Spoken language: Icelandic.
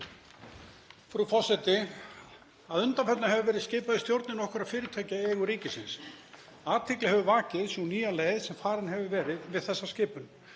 Frú forseti. Að undanförnu hefur verið skipað í stjórnir nokkurra fyrirtækja í eigu ríkisins. Athygli hefur vakið sú nýja leið sem farin hefur verið við þessa skipun